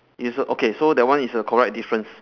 it's a okay so that one is a correct difference